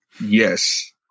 Yes